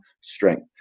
strength